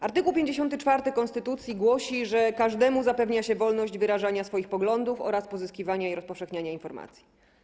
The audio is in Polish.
Art. 54 konstytucji głosi, że każdemu zapewnia się wolność wyrażania swoich poglądów oraz pozyskiwania i rozpowszechniania informacji.